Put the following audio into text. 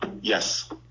Yes